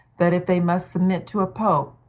that if they must submit to a pope,